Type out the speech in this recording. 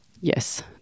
Yes